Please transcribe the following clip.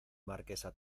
marquesa